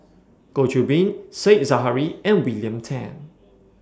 Goh Qiu Bin Said Zahari and William Tan